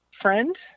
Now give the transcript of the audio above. friend